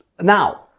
now